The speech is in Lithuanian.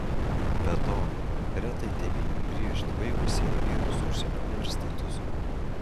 be to retai tėvynėn grįžt baigusieji gerus užsienio universitetus